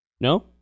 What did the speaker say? No